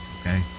okay